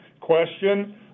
question